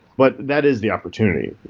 but that is the opportunity.